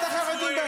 שלהם.